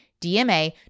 DMA